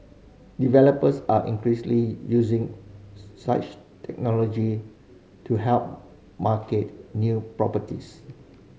developers are increasingly using such technology to help market new properties